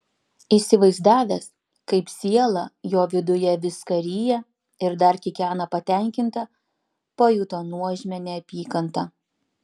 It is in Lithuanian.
įsivaizdavęs kaip siela jo viduje viską ryja ir dar kikena patenkinta pajuto nuožmią neapykantą